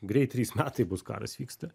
greit trys metai bus karas vyksta